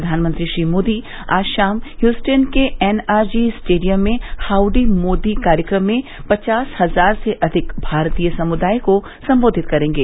प्रधानमंत्री श्री मोदी आज शाम ह्यस्टेन के एन आर जी स्टेडियम में हाउड़ी मोदी कार्यक्रम में पचास हजार से अविक भारतीय समृदाय को सम्बोधित करेंगे